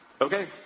Okay